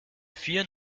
vier